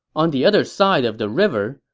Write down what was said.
on the other side of the river,